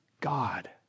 God